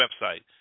website